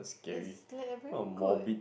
it's like a very good